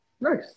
nice